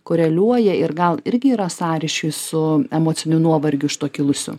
koreliuoja ir gal irgi yra sąryšiai su emociniu nuovargiu iš to kilusiu